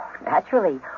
Naturally